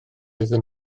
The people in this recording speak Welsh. iddyn